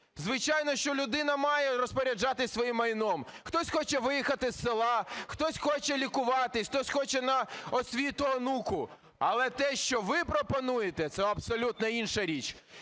Звичайно, що людина має розпоряджатися своїм майном. Хтось хоче виїхати з села, хтось хоче лікуватися, хтось хоче на освіту онуку. Але те, що ви пропонуєте, це абсолютно інша річ.